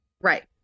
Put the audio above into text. right